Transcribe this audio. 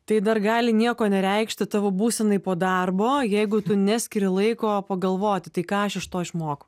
tai dar gali nieko nereikšti tavo būsenai po darbo jeigu tu neskiri laiko pagalvoti tai ką aš iš to išmokau